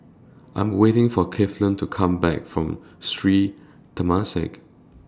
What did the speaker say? I Am waiting For Cleveland to Come Back from Sri Temasek